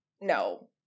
No